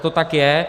To tak je.